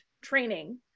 training